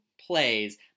plays